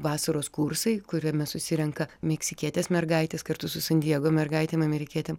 vasaros kursai kuriame susirenka meksikietės mergaitės kartu su san diego mergaitėm amerikietėm